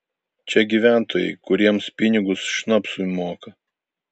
čia gyventojai kuriems pinigus šnapsui moka